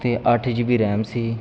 ਅਤੇ ਅੱਠ G B RAM ਸੀ